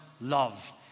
love